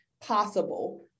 possible